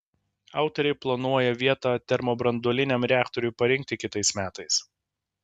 autoriai planuoja vietą termobranduoliniam reaktoriui parinkti kitais metais